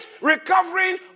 Recovering